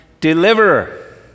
deliverer